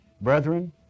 brethren